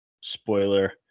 Spoiler